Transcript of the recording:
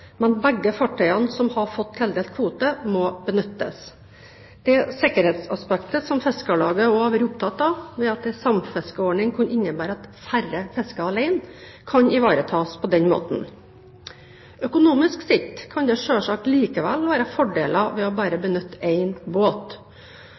men begge fartøyene som har fått tildelt kvote, må benyttes. Det sikkerhetsaspektet som Fiskarlaget også har vært opptatt av, ved at en samfiskeordning kunne innebære at færre fisket alene, kan ivaretas på denne måten. Økonomisk sett kan det selvsagt likevel være fordeler ved bare å